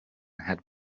had